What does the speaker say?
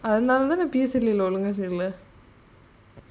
அதனாலதான்நான்பேசுறதில்லஒண்ணுமேசெய்யல:adhanalathan nan pesurathilla onnume seyyala